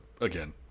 Again